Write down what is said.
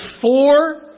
four